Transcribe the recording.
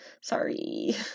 Sorry